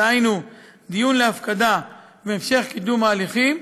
דהיינו דיון להפקדה והמשך קידום ההליכים,